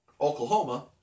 Oklahoma